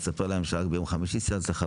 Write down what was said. אז תספר להם שרק ביום חמישי --- ואני